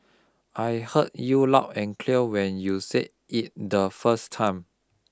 I heard you loud and clear when you said it the first time